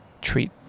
treat